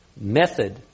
method